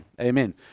Amen